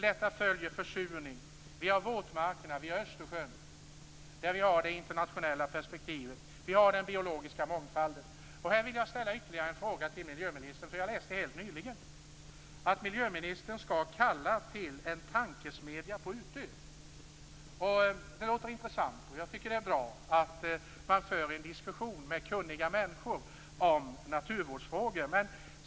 Därpå följer försurningen, våtmarkerna och Östersjön, med det internationella perspektivet. Vi har också frågan om den biologiska mångfalden. Här vill jag ställa ytterligare en fråga till miljöministern. Jag läste helt nyligen att miljöministern skall kalla till en tankesmedja på Utö. Det låter intressant. Det är bra att man för en diskussion med kunniga människor om naturvårdsfrågor.